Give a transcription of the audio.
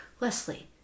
Leslie